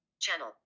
Channel